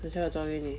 等一下我找给你